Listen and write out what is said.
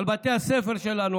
על בתי הספר שלנו,